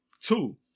Two